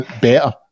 better